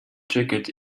jacket